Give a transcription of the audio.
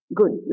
good